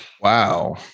Wow